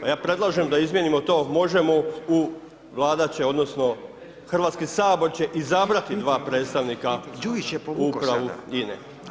Pa ja predlažem da izmijenimo to „možemo“ u „Vlada će odnosno Hrvatski sabor će izabrati dva predstavnika u upravu INA-e“